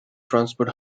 transport